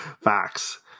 Facts